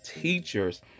teachers